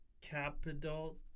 capital